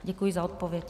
Děkuji za odpověď.